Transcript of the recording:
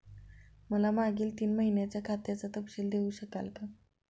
मला मागील तीन महिन्यांचा खात्याचा तपशील देऊ शकाल का?